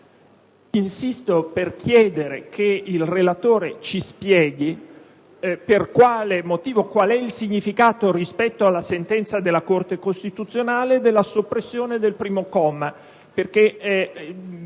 insisto per chiedere che il relatore ci spieghi il significato, rispetto alla sentenza della Corte costituzionale, della soppressione del primo comma.